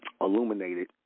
illuminated